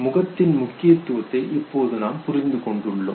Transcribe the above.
முகத்தின் முக்கியத்துவத்தை இப்போது நாம் புரிந்து கொண்டுள்ளோம்